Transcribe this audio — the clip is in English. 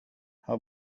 how